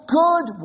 good